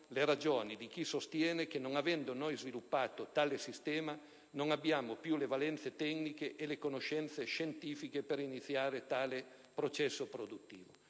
le ragioni di chi sostiene che, non avendo noi sviluppato tale sistema, non abbiamo più le valenze tecniche e le conoscenze scientifiche per iniziare tale processo produttivo.